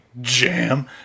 jam